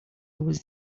was